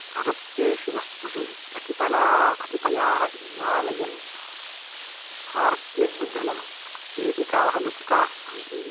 प्रदत्तेषु वस्तुषु कतिपयाः कथिपयाः हिमालयन् खार्क्लिग् जलं पेटिकाः लुप्ताः सन्ति